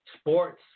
sports